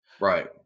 Right